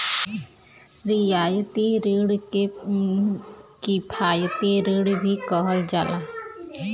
रियायती रिण के किफायती रिण भी कहल जाला